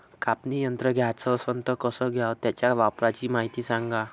कापनी यंत्र घ्याचं असन त कस घ्याव? त्याच्या वापराची मायती सांगा